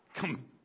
come